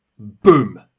Boom